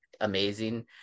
amazing